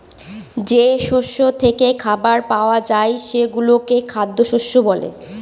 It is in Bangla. যে শস্য থেকে খাবার পাওয়া যায় সেগুলোকে খ্যাদ্যশস্য বলে